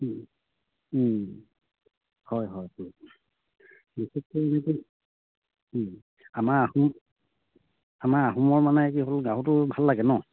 হয় হয় বিশেষকৈ আমাৰ আহোম আমাৰ আহোমৰ মানে কি হ'ল গাহৰিটো ভাল লাগে নহ্